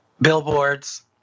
billboards